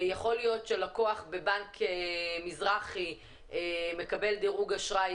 יכול להיות שלקוח בבנק מזרחי מקבל דירוג אשראי